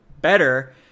better